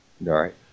Right